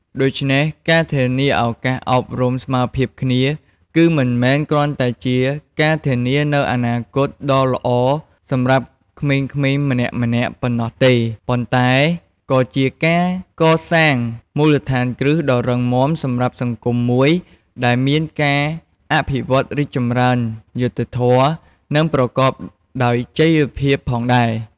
ដូច្នេះការធានាឱកាសអប់រំស្មើភាពគ្នា គឺមិនមែនគ្រាន់តែជាការធានានូវអនាគតដ៏ល្អសម្រាប់ក្មេងៗម្នាក់ៗប៉ុណ្ណោះទេ ប៉ុន្តែក៏ជាការកសាងមូលដ្ឋានគ្រឹះដ៏រឹងមាំសម្រាប់សង្គមមួយដែលមានការអភិវឌ្ឍរីកចម្រើន យុត្តិធម៌ និងប្រកបដោយចីរភាពផងដែរ។